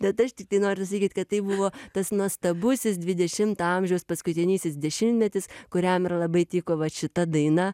bet aš tiktai noriu sakyt kad tai buvo tas nuostabusis dvidešimto amžiaus paskutinysis dešimtmetis kuriam ir labai tiko vat šita daina